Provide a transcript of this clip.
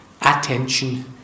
attention